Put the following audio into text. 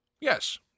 Yes